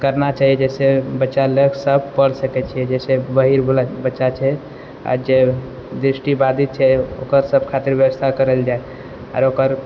करना चाही जाहिसँ बच्चा लग सब पढ़ि सकै छियै जैसे बहीर बच्चा छै आओर जे दृष्टिबाधित छै ओकरसब खातिर व्यवस्था करल जाइ आओर ओकर